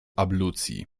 ablucji